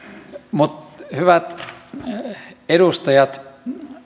mutta hyvät edustajat